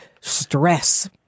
stress